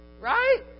Right